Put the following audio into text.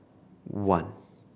one